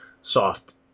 soft